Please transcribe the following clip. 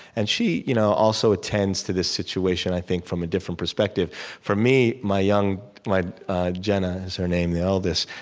and she you know also attends to this situation, i think, from a different perspective for me, my young like ah jenah, is her name, the eldest,